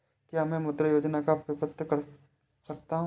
क्या मैं मुद्रा योजना का प्रपत्र भर सकता हूँ?